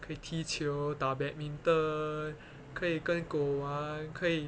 可以踢球打 badminton 可以跟狗玩可以